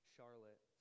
Charlotte